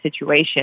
situation